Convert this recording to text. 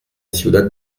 ciudad